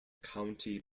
county